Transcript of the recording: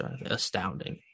astounding